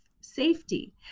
safety